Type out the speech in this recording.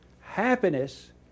Happiness